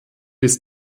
ist